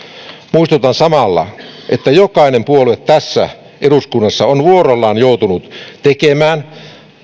muistutan samalla että jokainen puolue tässä eduskunnassa on vuorollaan joutunut tekemään